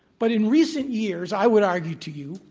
but in recent years, i would argue to you,